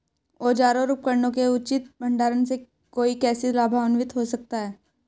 औजारों और उपकरणों के उचित भंडारण से कोई कैसे लाभान्वित हो सकता है?